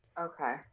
Okay